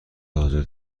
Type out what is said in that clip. حاضر